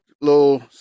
little